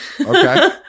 Okay